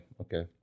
Okay